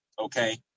okay